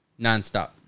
nonstop